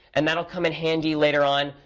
and that will come in handy later on,